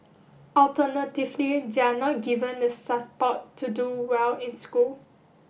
alternatively they are not given the to do well in school